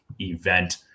event